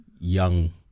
young